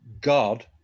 God